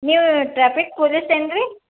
ನೀವು traffic police ಏನು ರೀ